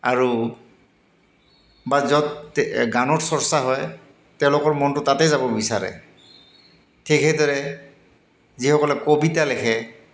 আৰু বা য'ত গানত চৰ্চা হয় তেওঁলোকৰ মনটো তাতেই যাব বিচাৰে ঠিক সেইদৰে যিসকলে কবিতা লিখে